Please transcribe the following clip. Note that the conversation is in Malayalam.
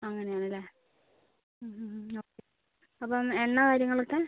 അങ്ങനെ ആണല്ലേ ഓക്കെ അപ്പോൾ എണ്ണ കാര്യങ്ങളൊക്കെ